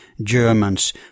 Germans